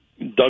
Doug